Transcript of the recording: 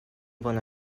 bona